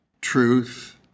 truth